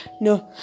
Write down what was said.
No